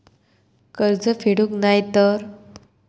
कर्ज फेडूक नाय तर?